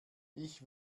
ich